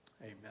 Amen